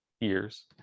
years